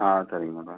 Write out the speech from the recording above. ஆ சரிங்க மேடம்